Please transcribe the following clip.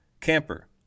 Camper